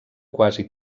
quasi